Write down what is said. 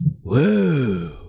whoa